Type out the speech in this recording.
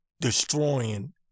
destroying